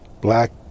black